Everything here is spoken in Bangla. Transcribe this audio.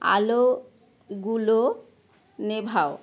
আলোগুলো নেভাও